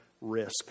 risk